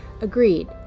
agreed